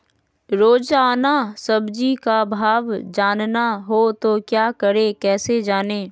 रोजाना सब्जी का भाव जानना हो तो क्या करें कैसे जाने?